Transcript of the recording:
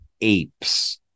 apes